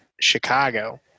Chicago